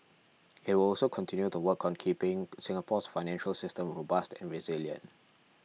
it will also continue to work on keeping Singapore's financial system robust and resilient